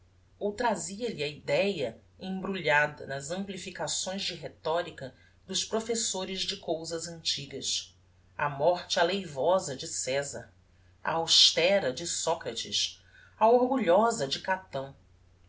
ou trazia-lhe a idéa embrulhada nas amplificações de rhetorica dos professores de cousas antigas a morte aleivosa de cesar a austera de socrates a orgulhosa de catão